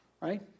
right